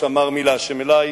שאמר: "מי לה' אלי",